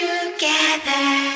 together